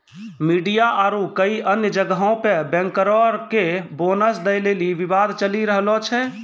media आरु कई अन्य जगहो पे बैंकरो के बोनस दै लेली विवाद चलि रहलो छै